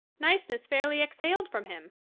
niceness fairly exhaled from him.